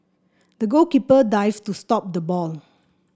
the goalkeeper dived to stop the ball